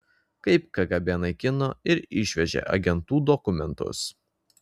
kaip kgb naikino ir išvežė agentų dokumentus